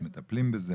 מטפלים בזה?